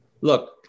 look